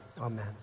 amen